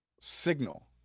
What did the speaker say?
signal